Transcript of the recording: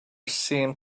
seemed